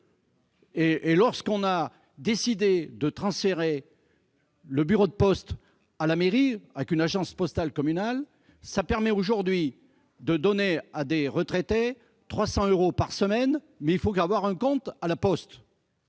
... La décision de transférer le bureau de poste à la mairie, avec une agence postale communale, permet aujourd'hui de donner à des retraités 300 euros par semaine, mais à condition d'avoir un compte à la Poste.